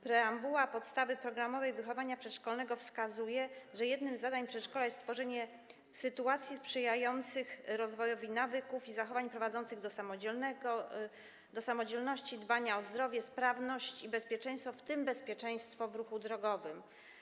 Preambuła podstawy programowej wychowania przedszkolnego wskazuje, że jednym z zadań przedszkola jest tworzenie sytuacji sprzyjających rozwojowi nawyków i zachowań prowadzących do samodzielności, dbania o zdrowie, sprawność i bezpieczeństwo, w tym bezpieczeństwo w ruchu drogowym.